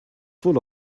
full